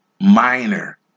minor